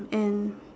and